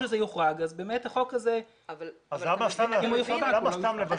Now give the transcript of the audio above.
אז למה סתם לבזבז את הזמן של הוועדה?